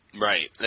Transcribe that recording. Right